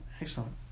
Excellent